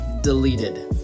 Deleted